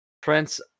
Prince